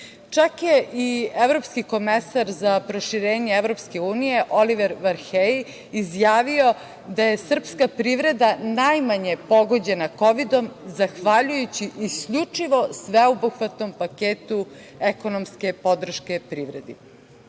Čak je i evropski komesar za proširenje Evropske unije Oliver Varhej izjavio da je srpska privreda najmanje pogođena kovidom, zahvaljujući isključivo sveobuhvatnom paketu ekonomske podrške privredi.